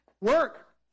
work